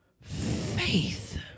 Faith